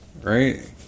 right